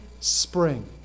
spring